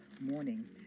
morning